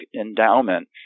endowment